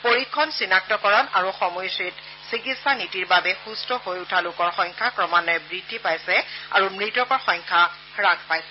পৰীক্ষণ চিনাক্তকৰণ আৰু সময়োচিত চিকিৎসা নীতিৰ বাবে সুম্থ হৈ উঠা লোকৰ সংখ্যা ক্ৰমান্বয়ে বৃদ্ধি পাইছে আৰু মৃতকৰ সংখ্যা হ্যাস পাইছে